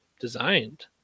designed